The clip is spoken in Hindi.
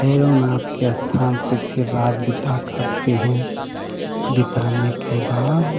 भैरोनाथ के स्थान पे फिर रात बिता करते हैं बिताने के बाद